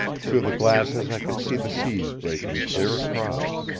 through the glasses i could see the seas breaking clear across.